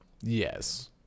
Yes